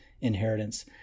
inheritance